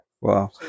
Wow